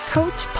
Coach